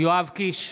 יואב קיש,